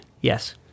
Yes